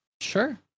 Sure